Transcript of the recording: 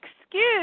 excuse